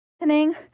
listening